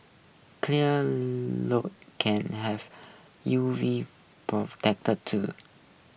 clear can have U V protect too